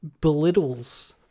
belittles